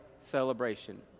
celebration